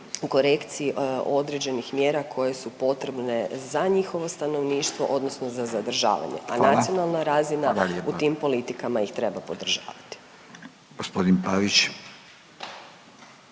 korekciji određenih mjera koje su potrebne za njihovo stanovništvo, odnosno za zadržavanje, a nacionalna razina … …/Upadica Radin: Hvala.